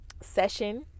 session